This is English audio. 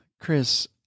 Chris